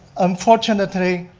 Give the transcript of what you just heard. unfortunately,